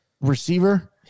receiver